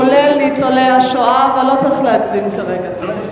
כולל ניצולי השואה, אבל לא צריך להגזים כרגע.